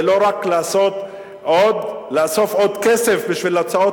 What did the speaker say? ולא רק לאסוף עוד כסף בשביל הוצאות